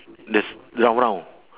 the s~ round round